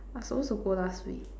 I supposed to go last week